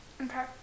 Okay